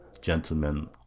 Gentlemen